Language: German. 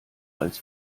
als